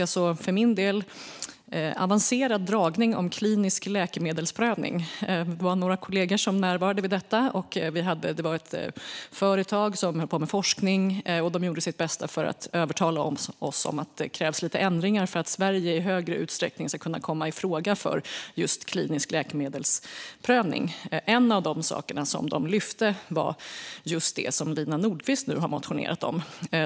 Vi fick en, för min del, avancerad föredragning om klinisk läkemedelsprövning av ett företag som håller på med forskning och som gjorde sitt bästa för att övertala oss att det krävs lite ändringar för att Sverige i större utsträckning ska kunna komma i fråga för just klinisk läkemedelsprövning. En av de saker som företaget lyfte fram var just det som Lina Nordquist nu har motionerat om.